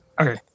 Okay